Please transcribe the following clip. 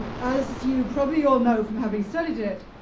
um as you probably all know, from having studied it,